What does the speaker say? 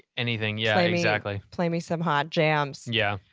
anything, yeah, exactly, play me some hot jams! yeah.